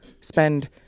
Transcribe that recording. spend